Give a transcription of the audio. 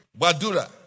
Badura